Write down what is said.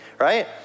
Right